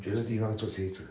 有一个地方做鞋子